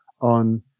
on